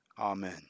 Amen